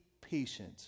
patient